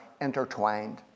intertwined